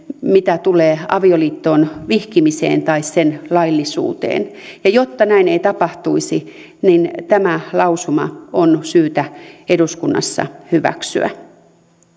mitä tulee avioliittoon vihkimiseen tai sen laillisuuteen jotta näin ei tapahtuisi tämä lausuma on syytä eduskunnassa hyväksyä